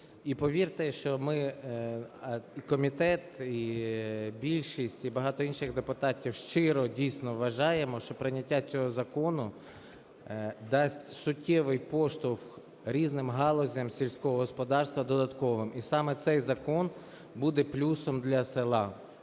І повірте, що ми, і комітет, і більшість, і багато інших депутатів щиро, дійсно, вважаємо, що прийняття цього закону дасть суттєвий поштовх різним галузям сільськогосподарства додатковим. І саме цей закон буде плюсом для села,